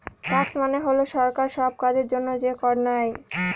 tax মানে হল সরকার সব কাজের জন্য যে কর নেয়